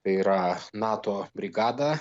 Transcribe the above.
tai yra nato brigada